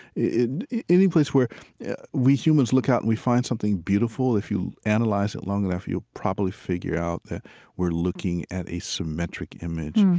any place where we humans look out and we find something beautiful. if you analyze it long enough, you'll probably figure out that we're looking at a symmetric image.